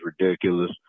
ridiculous